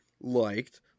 liked